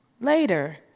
later